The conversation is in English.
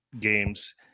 games